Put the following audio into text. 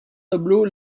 tableau